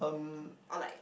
um